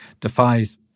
defies